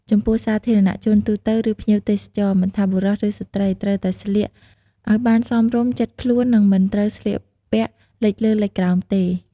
ចំពោះសាធារណៈជនទូទៅ ឬភ្ញៀវទេសចរណ៍ មិនថាបុរសឬស្រ្តីត្រូវតែស្លៀកឲ្យបានសមរម្យជិតខ្លួន និងមិនត្រូវស្លៀកពាក់លិចលើលិចក្រោមទេ។